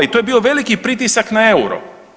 I to je bio veliki pritisak na euro.